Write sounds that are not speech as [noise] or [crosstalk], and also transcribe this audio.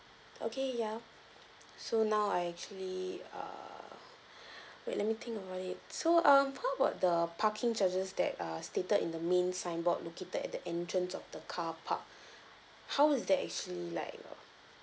okay ya so now I actually err [breath] wait let me think about it so um how about the parking charges that are stated in the main signboard located at the entrance of the carpark [breath] how is that actually like